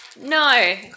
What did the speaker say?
No